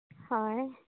ᱦᱳᱭ